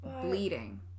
bleeding